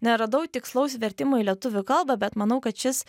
neradau tikslaus vertimo į lietuvių kalbą bet manau kad šis